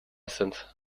sind